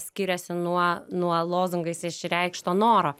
skiriasi nuo nuo lozungais išreikšto noro